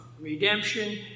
redemption